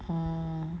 orh